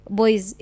boys